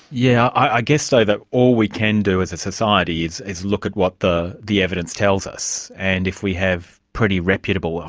yeah i i guess, though, that all we can do as a society is is look at what the the evidence tells us. and if we have pretty reputable, ah